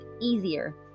easier